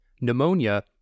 pneumonia